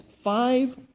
five